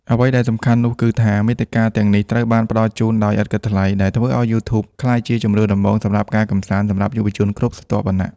អ្វីដែលសំខាន់នោះគឺថា មាតិកាទាំងនេះត្រូវបានផ្តល់ជូនដោយឥតគិតថ្លៃ ដែលធ្វើឲ្យ YouTube ក្លាយជាជម្រើសដំបូងសម្រាប់ការកម្សាន្តសម្រាប់យុវជនគ្រប់ស្រទាប់វណ្ណៈ។